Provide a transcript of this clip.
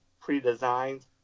pre-designed